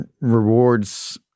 rewards